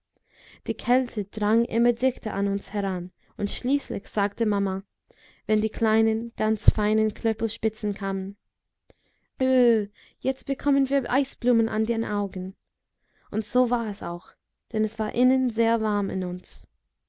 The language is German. die kälte drang immer dichter an uns heran und schließlich sagte maman wenn die kleinen ganz feinen klöppelspitzen kamen öh jetzt bekommen wir eisblumen an den augen und so war es auch denn es war innen sehr warm in uns